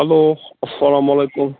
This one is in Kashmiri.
ہیٚلو اَسَلام وعلیکُم